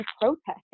protesting